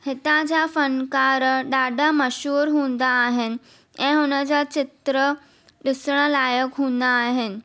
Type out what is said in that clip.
हितां जा फ़नकार ॾाढा मशहूरु हूंदा आहिनि ऐं हुनजा चित्र ॾिसणु लाइक़ु हूंदा आहिनि